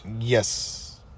Yes